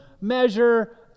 measure